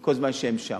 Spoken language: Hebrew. כל זמן שהם שם.